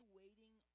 waiting